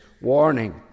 warning